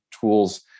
tools